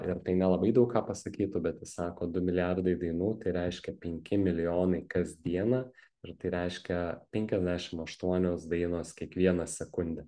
ir tai nelabai daug ką pasakytų bet jis sako du milijardai dainų tai reiškia penki milijonai kasdieną ir tai reiškia penkiasdešim aštuonios dainos kiekvieną sekundę